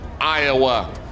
Iowa